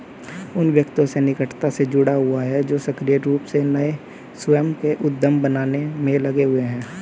उन व्यक्तियों से निकटता से जुड़ा हुआ है जो सक्रिय रूप से नए स्वयं के उद्यम बनाने में लगे हुए हैं